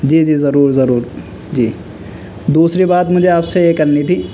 جی جی ضرور ضرور جی دوسری بات مجھے آپ سے یہ کرنی تھی